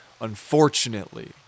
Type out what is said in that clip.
unfortunately